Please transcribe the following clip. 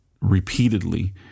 repeatedly